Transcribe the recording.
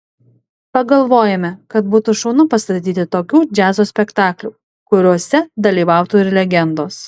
pagalvojome kad būtų šaunu pastatyti tokių džiazo spektaklių kuriuose dalyvautų ir legendos